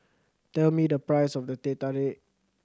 tell me the price of the Teh Tarik